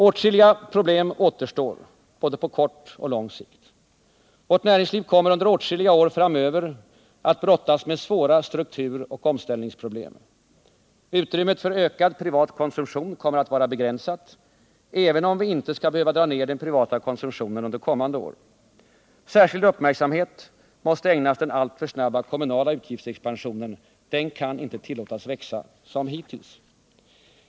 Åtskilliga problem återstår, både på kort och på lång sikt. Vårt näringsliv kommer under åtskilliga år framöver att brottas med svåra strukturoch omställningsproblem. Utrymmet för ökad privat konsumtion kommer att vara begränsat — även om vi inte skall behöva dra ner den privata konsumtionen under kommande år. Särskild uppmärksamhet måste ägnas den alltför snabba kommunala utgiftsexpansionen. Den kan inte tillåtas växa som hittills.